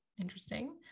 Interesting